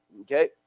Okay